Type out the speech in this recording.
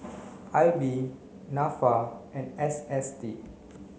I B NAFA and S S T